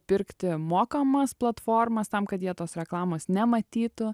pirkti mokamas platformas tam kad jie tos reklamos nematytų